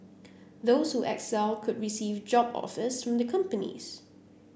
those who excel could receive job offers from the companies